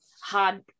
hard